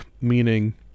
meaning